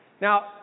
Now